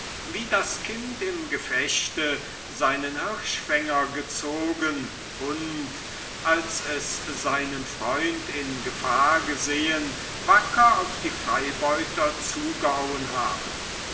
wie das kind im gefechte seinen hirschfänger gezogen und als es seinen freund in gefahr gesehen wacker auf die freibeuter zugehauen habe